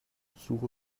suche